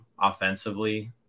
offensively